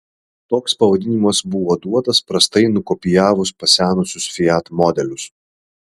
toks pavadinimas buvo duotas prastai nukopijavus pasenusius fiat modelius